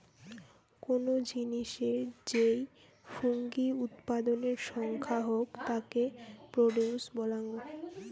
কোনো জিনিসের যেই ফুঙ্গি উৎপাদনের সংখ্যা হউক তাকে প্রডিউস বলাঙ্গ